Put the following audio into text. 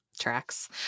tracks